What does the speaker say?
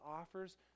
offers